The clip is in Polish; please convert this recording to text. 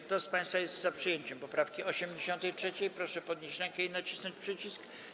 Kto z państwa jest za przyjęciem poprawki 83., proszę podnieść rękę i nacisnąć przycisk.